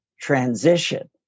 transition